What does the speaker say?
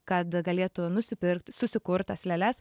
kad galėtų nusipirkt susikurt tas lėles